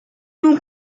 donc